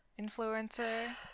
influencer